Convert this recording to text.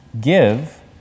Give